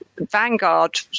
Vanguard